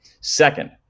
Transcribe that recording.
Second